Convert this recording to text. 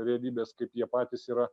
realybės kaip jie patys yra